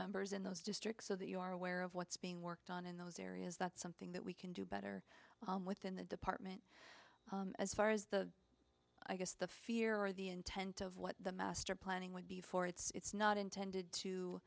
members in those districts so that you are aware of what's being worked on in those areas that's something that we can do better within the department as far as the i guess the fear or the intent of what the master planning would be for it's not intended to